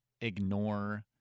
ignore